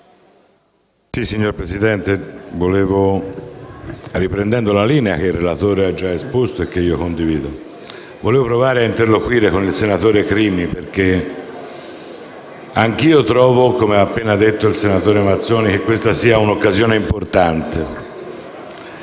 Signor Presidente, riprendendo la linea che il relatore ha già esposto e che io condivido, vorrei provare a interloquire con il senatore Crimi. Anche io trovo, come ha appena detto il senatore Mazzoni, che questa sia una occasione importante.